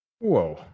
Whoa